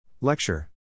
Lecture